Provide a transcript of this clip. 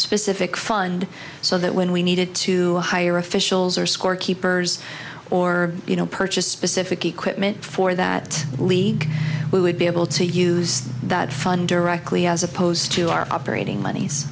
specific fund so that when we needed to hire officials or scorekeepers or you know purchase specific equipment for that league we would be able to use that fun directly as opposed to our operating monies